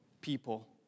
people